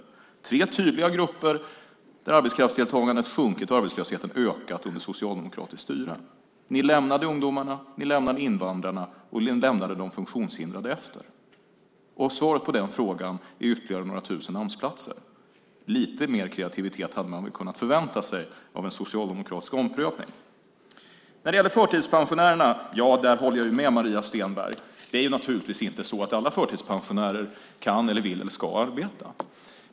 Det är tre tydliga grupper där arbetskraftsdeltagandet sjunkit och arbetslösheten ökat under socialdemokratiskt styre. Ni lämnade ungdomarna, invandrarna och de funktionshindrade efter er. Svaret på den frågan är ytterligare några tusen Amsplatser. Lite mer kreativitet hade man kunnat förvänta sig av en socialdemokratisk omprövning. Jag håller med Maria Stenberg om förtidspensionärerna. Det är naturligtvis inte så att alla förtidspensionärer kan, vill eller ska arbeta.